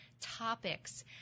topics